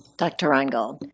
dr. reingold?